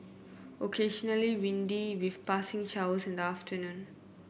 occasionally windy with passing showers in the afternoon